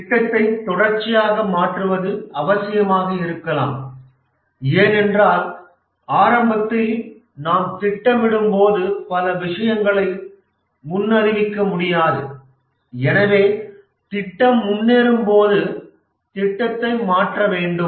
திட்டத்தை தொடர்ச்சியாக மாற்றுவது அவசியமாக இருக்கலாம் ஏனென்றால் ஆரம்பத்தில் நாம் திட்டமிடும்போது பல விஷயங்களை முன்னறிவிக்க முடியாது எனவே திட்டம் முன்னேறும்போது திட்டத்தை மாற்ற வேண்டும்